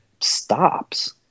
stops